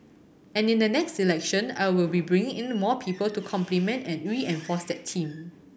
and in the next election I will be bringing in the more people to complement and reinforce that team